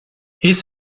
his